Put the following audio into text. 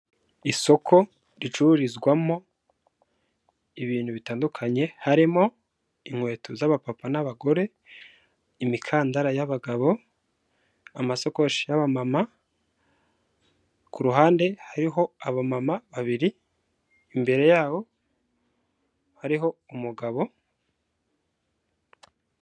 Isoko ricururizwamo ibintu bitandukanye, harimo inkweto z'abapapa n'abagore, imikandara y'abagabo, amasakoshi y'abamama, ku ruhande hariho abamama babiri, imbere yabo hariho umugabo.